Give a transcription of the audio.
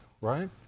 right